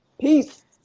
Peace